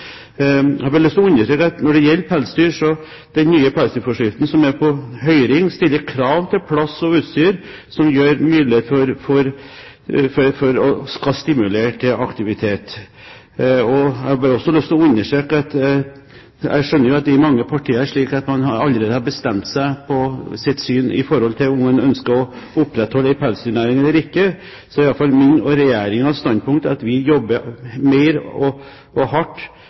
jeg gå tilbake til Mattilsynet og ta tak i – som jeg også ble oppfordret til av interpellanten. Når det gjelder pelsdyr, stiller den nye pelsdyrforskriften som er på høring, krav til plass og utstyr som gir mulighet for og skal stimulere til aktivitet. Jeg skjønner at det i mange partier er slik at man allerede har bestemt seg i forhold til om man ønsker å opprettholde en pelsdyrnæring eller ikke, men mitt og Regjeringens standpunkt er i alle fall at vi jobber mye og hardt